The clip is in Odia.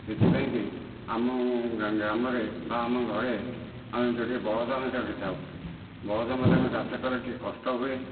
ଏଥିପାଇଁକି ଆମ ଗ୍ରାମରେ ବା ଆମ ଘରେ ଆମେ ଯୋଡ଼ିଏ ବଳଦ ଆମେ ଯୋଗେଇଥାଉ ବଳଦ ମାଧ୍ୟମରେ ଚାଷ କରିଲେ ଟିକିଏ କଷ୍ଟ ହୁଏ